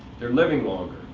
they're living longer.